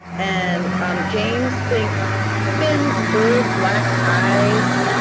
and james thinks fins, big black eyes.